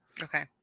Okay